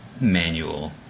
manual